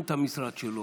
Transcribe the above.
אכן בוחן את המשרד שלו,